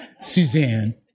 Suzanne